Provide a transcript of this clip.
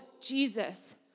Jesus